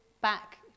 back